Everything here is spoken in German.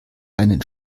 einen